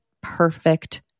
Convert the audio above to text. perfect